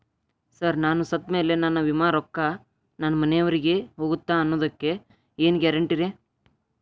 Sir ನಾನು ಸತ್ತಮೇಲೆ ನನ್ನ ವಿಮೆ ರೊಕ್ಕಾ ನನ್ನ ಮನೆಯವರಿಗಿ ಹೋಗುತ್ತಾ ಅನ್ನೊದಕ್ಕೆ ಏನ್ ಗ್ಯಾರಂಟಿ ರೇ?